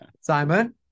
Simon